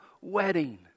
wedding